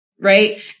right